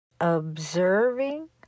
Observing